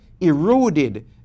eroded